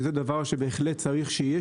שזה דבר שבהחלט צריך שיהיה.